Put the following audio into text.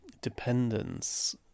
dependence